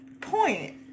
point